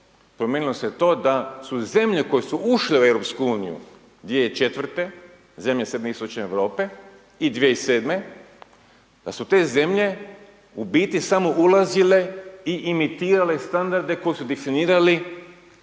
Promijenilo se to da su zemlje koje su ušle u Europsku uniju 2004., zemlje Srednje-Istoče Europe i 2007., da su te zemlje u biti samo ulazile i imitirale standarde koji su definirali